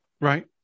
Right